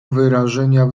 wyrażenia